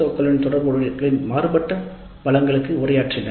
ஓக்கள் தொடர்புகளின் மாறுபட்ட பலங்களுக்கு உரையாற்றின